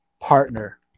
partner